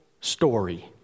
story